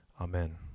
Amen